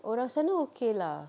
orang sana okay lah